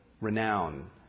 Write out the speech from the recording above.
renown